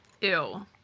ew